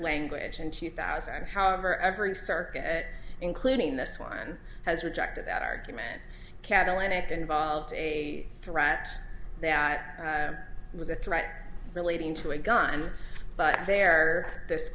language in two thousand however every circuit including this one has rejected that argument catalytic involved a threat that was a threat relating to a gun but there